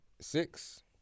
six